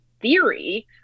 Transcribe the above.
theory